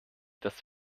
das